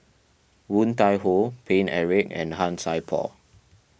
Woon Tai Ho Paine Eric and Han Sai Por